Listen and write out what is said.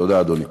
תודה, אדוני.